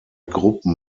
gruppen